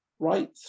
right